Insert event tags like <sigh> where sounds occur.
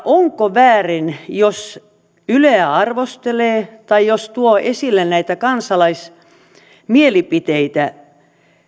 <unintelligible> onko väärin jos yleä arvostelee tai jos tuo esille näitä kansalaismielipiteitä